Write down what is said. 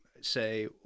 say